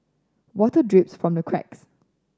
water drips from the cracks